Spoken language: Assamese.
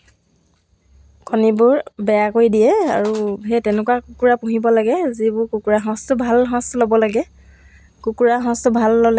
পোন্ধৰটা মেখেলা চাদৰ বা ৰুমাল গাৰু কভাৰ এইবিলাকৰ অৰ্ডাৰ আহে ত' মই অকলে মানে এইবিলাক কাম ইমান কৰিব পৰা নাছিলোঁ নহ্